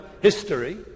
history